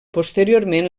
posteriorment